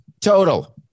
total